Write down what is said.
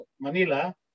Manila